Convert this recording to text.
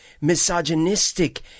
misogynistic